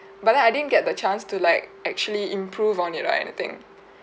but then I didn't get the chance to like actually improve on it or anything